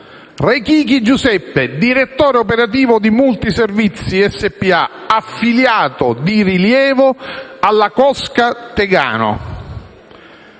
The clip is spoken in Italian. Rechichi Giuseppe, direttore operativo di Multiservizi spa, affiliato di rilievo alla cosca Tegano;